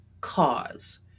cause